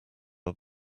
are